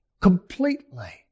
completely